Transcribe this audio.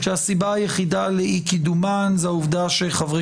שהסיבה היחידה לאי קידומן זה העובדה שחברי